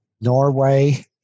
Norway